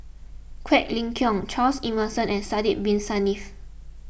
Quek Ling Kiong Charles Emmerson and Sidek Bin Saniff